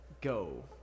go